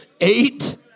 Eight